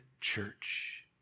church